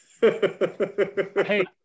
Hey